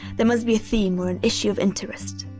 there must be a theme or an issue of interest.